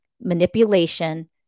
manipulation